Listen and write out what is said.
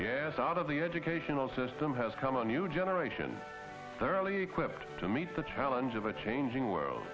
of the educational system has come a new generation thoroughly equipped to meet the challenge of a changing world